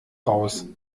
raus